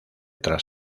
tras